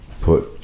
put